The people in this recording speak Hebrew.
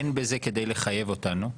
אין בזה כדי לחייב אותנו.